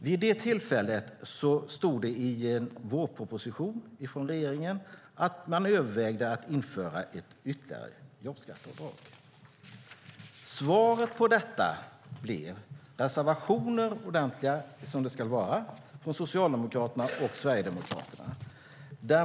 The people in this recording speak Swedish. Vid det tillfället stod det i vårpropositionen från regeringen att man övervägde att införa ett ytterligare jobbskatteavdrag. Svaret på detta blev reservationer, ordentliga som de ska vara, från Socialdemokraterna och Sverigedemokraterna.